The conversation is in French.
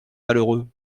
malheureux